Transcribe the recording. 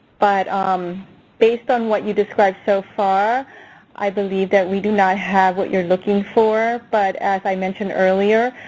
but um based on what you described so far i believe that we do not have what you're looking for. but as i mentioned earlier,